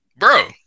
Bro